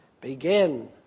begin